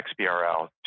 XBRL